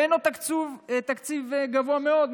אין לו תקציב גבוה מאוד.